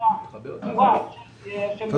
כל